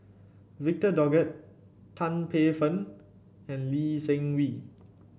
Victor Doggett Tan Paey Fern and Lee Seng Wee